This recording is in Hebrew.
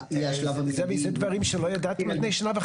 זאב, אלו דברים שלא ידעתם לפני שנה וחצי?